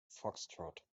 foxtrot